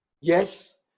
Yes